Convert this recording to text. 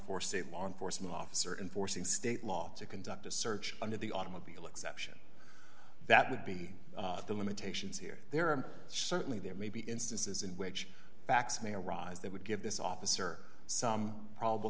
for state law enforcement officer enforcing state law to conduct a search under the automobile exception that would be the limitations here there are certainly there may be instances in which facts may arise that would give this officer some probable